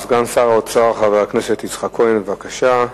סגן שר האוצר, חבר הכנסת יצחק כהן, בבקשה.